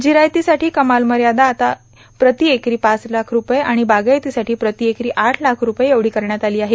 जिरायतीसाठी कमाल मर्यादा आता प्रतिएकरी पाच लाख रूपये आणि बागायतीसाठी प्रति एकरी आठ लाख रूपये एवढी करण्यात आली आहे